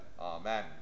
Amen